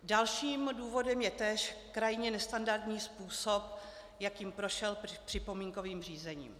Dalším důvodem je též krajně nestandardní způsob, jakým prošel připomínkovým řízením.